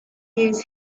use